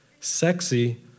Sexy